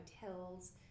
hotels